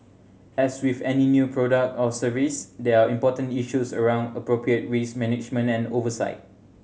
as with any new product or service there are important issues around appropriate risk management and oversight